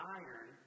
iron